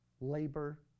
labor